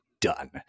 done